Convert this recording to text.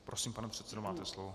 Prosím, pane předsedo, máte slovo.